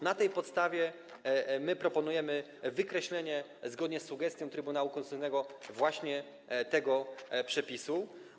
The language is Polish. Na tej podstawie proponujemy wykreślenie zgodnie z sugestią Trybunału Konstytucyjnego właśnie tego przepisu.